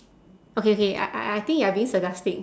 okay okay I I I think you are being sarcastic